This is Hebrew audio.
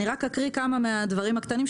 אני רק אקריא כמה דברים קטנים,